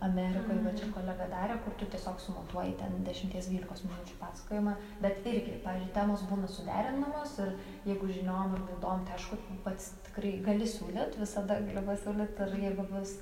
amerikoj va čia kolega darė kur tu tiesiog sumontuoji ten dešimties dvylikos minučių pasakojimą bet irgi pavyzdžiui temos būna suderinamos ir jeigu žiniom ir laidom tai aišku pats tikrai gali siūlyt visada gali pasiūlyt ir jeigu bus